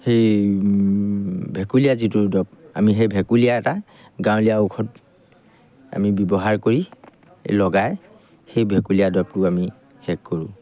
সেই ভেকুলীয়া যিটো দৰব আমি সেই ভেকুলীয়াৰ এটা গাঁৱলীয়া ঔষধ আমি ব্যৱহাৰ কৰি লগাই সেই ভেকুলীয়া দৰবটোও আমি শেষ কৰোঁ